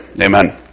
Amen